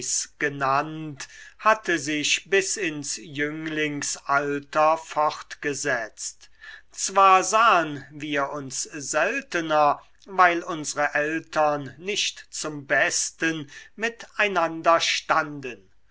genannt hatte sich bis ins jünglingsalter fortgesetzt zwar sahen wir uns seltener weil unsre eltern nicht zum besten mit einander standen